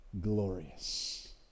glorious